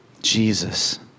Jesus